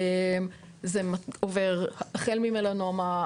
זה עובר החל ממלנומה,